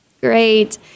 Great